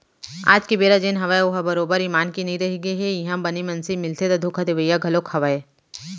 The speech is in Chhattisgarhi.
आज के बेरा जेन हवय ओहा बरोबर ईमान के नइ रहिगे हे इहाँ बने मनसे मिलथे ता धोखा देवइया घलोक हवय